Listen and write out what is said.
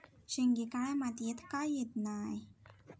शेंगे काळ्या मातीयेत का येत नाय?